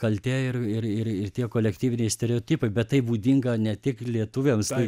kaltė ir ir ir ir tie kolektyviniai stereotipai bet tai būdinga ne tik lietuviams tai